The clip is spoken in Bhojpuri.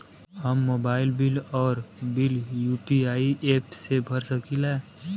हम मोबाइल बिल और बिल यू.पी.आई एप से भर सकिला